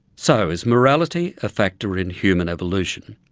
so, is morality a factor in human evolution?